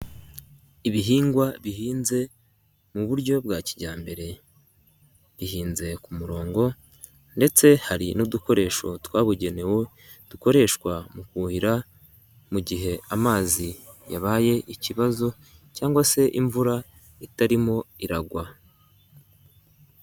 Ibihingwa bihinze mu buryo bwa kijyambere bihinze ku murongo ndetse hari n'udukoresho twabugenewe dukoreshwa mu kuhira mu gihe amazi yabaye ikibazo cyangwa se imvura itarimo iragwa.